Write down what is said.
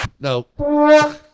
No